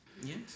yes